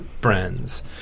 brands